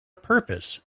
purpose